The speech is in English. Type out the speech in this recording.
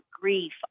grief